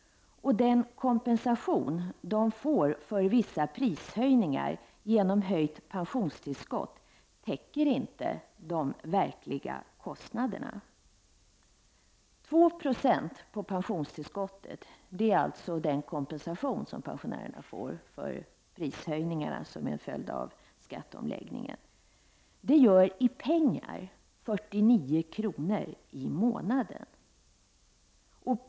Den kompesation de får för vissa prishöjningar genom höjningen av pensionstillskottet täcker inte de verkliga kostnaderna. 2 Jo på pensionstillskottet är alltså den kompensation som pensionärerna får för prishöjningarna som är en följd av skatteomläggningen. Det gör i pengar 49 kr. i månaden.